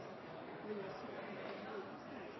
Riise som er